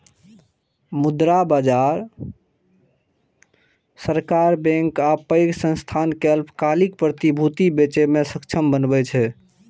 मुद्रा बाजार सरकार, बैंक आ पैघ संस्थान कें अल्पकालिक प्रतिभूति बेचय मे सक्षम बनबै छै